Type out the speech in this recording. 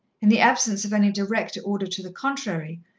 in the absence of any direct order to the contrary,